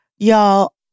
Y'all